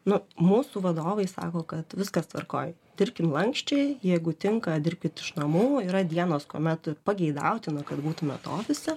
nu mūsų vadovai sako kad viskas tvarkoj dirbkim lanksčiai jeigu tinka dirbkit iš namų yra dienos kuomet pageidautina kad būtumėt ofise